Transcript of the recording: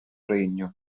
regno